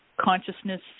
consciousness